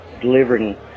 delivering